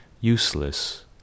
Useless